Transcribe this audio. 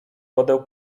wodę